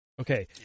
Okay